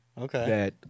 Okay